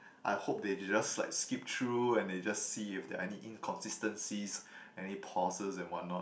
I hope they they just like skip through and they just see if there are any inconsistencies any pauses and what not